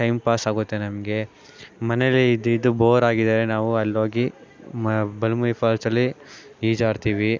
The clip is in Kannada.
ಟೈಮ್ ಪಾಸಾಗುತ್ತೆ ನಮಗೆ ಮನೆಯಲ್ಲೇ ಇದ್ದು ಇದ್ದು ಬೋರಾಗಿದ್ದರೆ ನಾವು ಅಲ್ಲೋಗಿ ಮ ಬಲಮುರಿ ಫಾಲ್ಸಲ್ಲಿ ಈಜಾಡ್ತೀವಿ